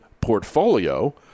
portfolio